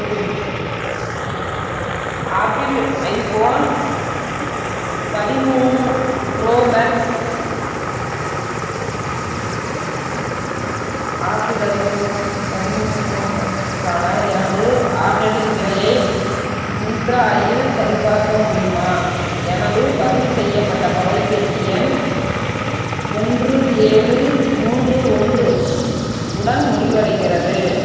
கொடு Apple iPhone பதிமூணு pro max Apple iPhone பதிமூணு ப்ரோ மேக்ஸுக்கான எனது ஆர்டரின் நிலையை மிந்த்ராவில் சரிபார்க்க முடியுமா எனது பதிவு செய்யப்பட்ட தொலைபேசி எண் ஒன்று ஏழு மூன்று ஒன்று உடன் முடிவடைகிறது